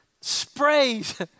Sprays